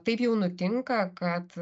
taip jau nutinka kad